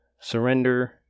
surrender